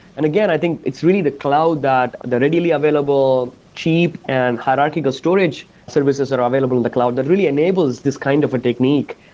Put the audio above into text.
and again, i think it's really the cloud that they're readily available, cheap and hierarchical storage services that are available in the cloud that really enables this kind of a technique.